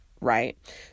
right